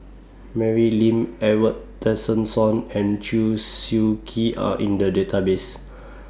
Mary Lim Edwin Tessensohn and Chew Swee Kee Are in The Database